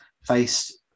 faced